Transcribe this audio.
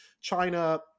China